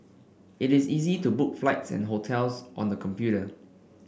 it is easy to book flights and hotels on the computer